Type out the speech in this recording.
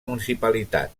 municipalitat